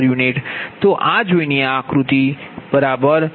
તો આ જોઈને આ આકૃતિ જુઓ બરાબર